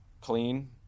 Clean